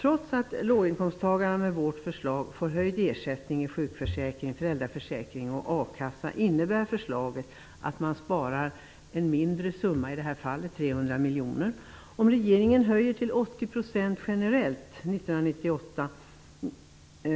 Trots att låginkomsttagare med vårt förslag får höjd ersättning i sjukförsäkring, föräldraförsäkring och a-kassa innebär förslaget att man sparar en mindre summa, i det här fallet 300 miljoner. Om regeringen höjer ersättningen generellt till 80 %